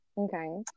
Okay